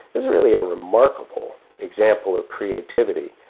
that's really a remarkable example of creativity.